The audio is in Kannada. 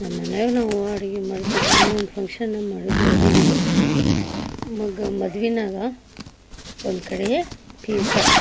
ನಮ್ಮ ಮನ್ಯಾಗ ನಾವು ಅಡ್ಗೆ ಮಾಡಿದ್ದೀವಿ ರೀ ಮೊನ್ನೆ ಒಂದು ಫಂಕ್ಷನ್ನಾಗ ಮಾಡಿದ್ವಿ ಅಡುಗೆ ಮಗನ ಮದ್ವೆಯಾಗ ಒಂದು ಕಡೆ ಪಿಝಾ